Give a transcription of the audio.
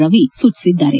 ರವಿ ಸೂಚಿಸಿದ್ದಾರೆ